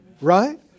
right